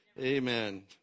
Amen